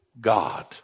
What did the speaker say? God